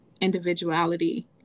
individuality